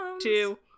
two